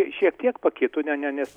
šiek tiek pakito